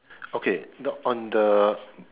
okay the on the